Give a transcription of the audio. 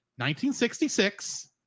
1966